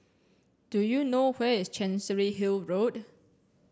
do you know where is Chancery Hill Road